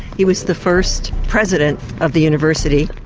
he was the first president of the university.